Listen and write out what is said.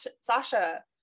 sasha